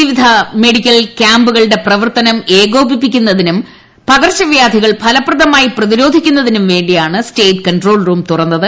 പിവിധ medical ക്യാമ്പുകളുടെ പ്രവർത്തനം ഏകോപിപ്പിക്കുന്നതിനും പകർച്ചവ്യാധികൾ ഫലപ്രദമായി പ്രതിരോധിക്കുന്നതിനും വേണ്ടിയാണ് സ്റ്റേറ്റ് കൺട്രോൾ റൂം തുറന്നത്